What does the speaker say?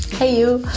hey you!